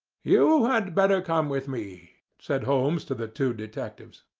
you had better come with me, said holmes to the two detectives.